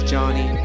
Johnny